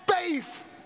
faith